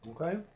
okay